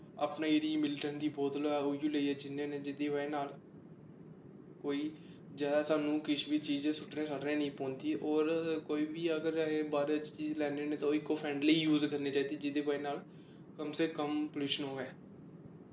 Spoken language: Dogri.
अपने ई मिलटन दी बोतल होऐ उ'ऐ लेइयै जन्ने होने जेह्दी बजह् कन्नै कोई जादा सानूं किश बी चीज सुट्टने सट्टने निं पौंदी होर कोई बी अगर बाह्रै दी चीज लैन्ने होने आं ते ओह् इक्को फ्रैंडली यूज़ करनी चाहिदी जेह्दी बजह् नाल कम से कम पलूशन होऐ